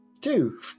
Two